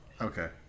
okay